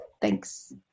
thanks